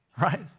right